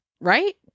right